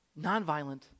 nonviolent